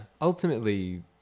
Ultimately